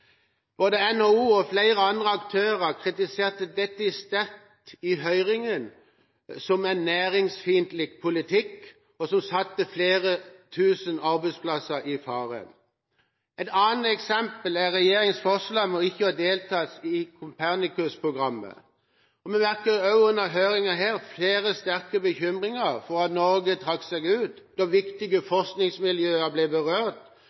Både NHO og flere andre aktører kritiserte dette sterkt i høringen, som en næringsfiendtlig politikk som satte flere tusen arbeidsplasser i fare. Et annet eksempel er regjeringens forslag om ikke å delta i Copernicus-programmet. Også her merket vi under høringen flere uttrykke sterk bekymring for at Norge trekker seg ut, da viktige forskningsmiljøer blir berørt